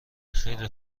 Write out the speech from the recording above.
خیلی